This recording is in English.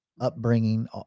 upbringing